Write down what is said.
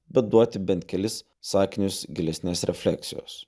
bet duoti bent kelis sakinius gilesnės refleksijos